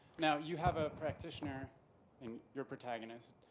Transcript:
now, you have a practitioner in your protagonist,